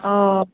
ओ